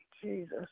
Jesus